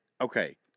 okay